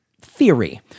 theory